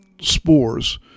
spores